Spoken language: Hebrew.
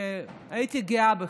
הייתי גאה בך.